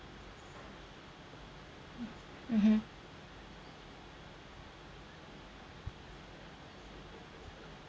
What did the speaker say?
mmhmm